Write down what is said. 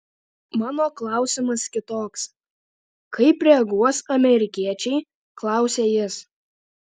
mano klausimas kitoks kaip reaguos amerikiečiai klausia jis